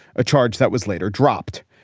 a charge that was later dropped.